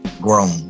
grown